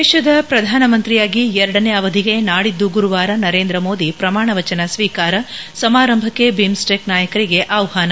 ದೇಶದ ಪ್ರಧಾನಮಂತ್ರಿಯಾಗಿ ಎರಡನೇ ಅವಧಿಗೆ ನಾಡಿದ್ದು ಗುರುವಾರ ನರೇಂದ್ರ ಮೋದಿ ಪ್ರಮಾಣವಚನ ಸ್ವೀಕಾರ ಸಮಾರಂಭಕ್ಕೆ ಬಿಮ್ಸ್ಸ್ಟೆಕ್ ನಾಯಕರಿಗೆ ಆಹ್ವಾನ